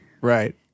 Right